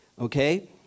Okay